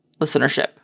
listenership